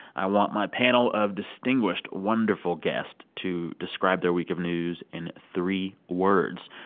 i want my panel of distinguished, wonderful guests to describe their week of news in three words.